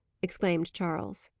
exclaimed charles.